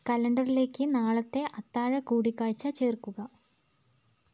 കലണ്ടറിലേക്ക് നാളത്തെ അത്താഴ കൂടികാഴ്ച ചേർക്കുക